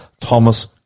Thomas